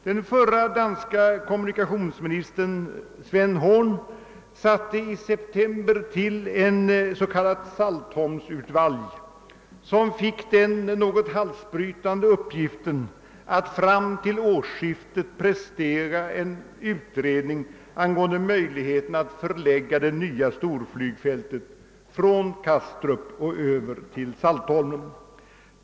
Den förre danske kommunikationsministern Svend Horn satte i september till ett s.k. Saltholmsudvalg, som fick den något halsbrytande uppgiften att fram till årsskiftet prestera en utredning angående möjligheterna att förflytta storflygfältet från Kastrup över till Saltholm.